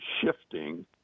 shifting